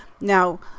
Now